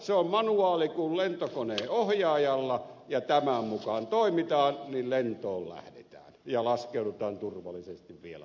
se on manuaali kuin lentokoneen ohjaajalla ja kun tämän mukaan toimitaan niin lentoon lähdetään ja laskeudutaan turvallisesti vielä alas